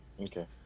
okay